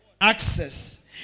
Access